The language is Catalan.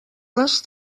les